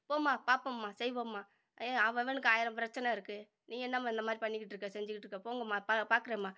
போம்மா பார்ப்போம்மா செய்வோம்மா ஏ அவன் அவனுக்கு ஆயிரம் பிரச்சன இருக்குது நீ என்னம்மா இந்தமாதிரி பண்ணிக்கிட்டிருக்க செஞ்சிக்கிட்டிருக்க போங்கம்மா பா பார்க்குறேம்மா